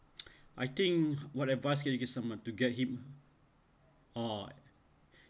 I think what advice can you give someone to get him uh or